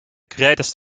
greatest